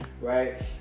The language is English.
right